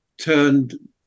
turned